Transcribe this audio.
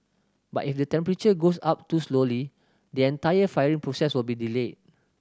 but if the temperature goes up too slowly the entire firing process will be delayed